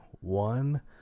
one